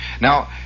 Now